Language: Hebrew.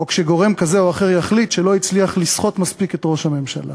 או כשגורם כזה או אחר יחליט שלא הצליח לסחוט מספיק את ראש הממשלה.